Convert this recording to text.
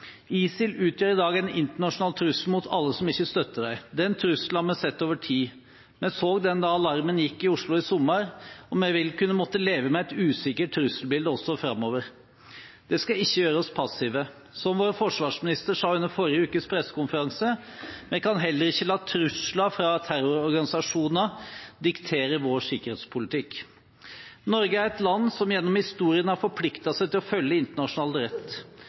ISIL utgjør i dag en internasjonal trussel mot alle som ikke støtter dem. Den trusselen har vi sett over tid. Vi så det da alarmen gikk i Oslo i sommer, og vi vil kunne måtte leve med et usikkert trusselbilde også framover. Det skal ikke gjøre oss passive. Som vår forsvarsminister sa under forrige ukes pressekonferanse: «Vi kan ikke la trusler fra terrororganisasjoner diktere vår politikk.» Norge er et land som gjennom historien har forpliktet seg til å følge internasjonal rett.